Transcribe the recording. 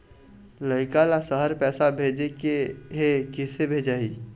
लइका ला शहर पैसा भेजें के हे, किसे भेजाही